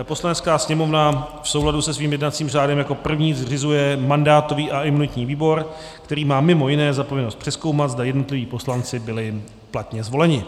Poslanecká sněmovna v souladu se svým jednacím řádem jako první zřizuje mandátový a imunitní výbor, který má mj. za povinnost přezkoumat, zda jednotliví poslanci byli platně zvoleni.